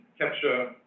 capture